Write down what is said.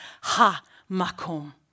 Ha-Makom